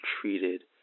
treated